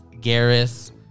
Garrus